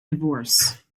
divorce